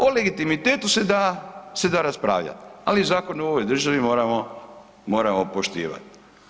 O legitimitetu se da raspravljati ali zakone u ovoj državi moramo poštivati.